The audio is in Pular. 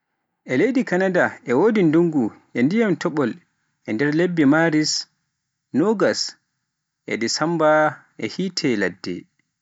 E leydi Kanada e wodi ndungu e dyiman topol e nder lebbe Maris e nogas e Desemba e yiite ladde.